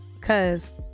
Cause